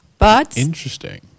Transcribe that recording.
Interesting